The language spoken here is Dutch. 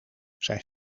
zijn